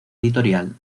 editorial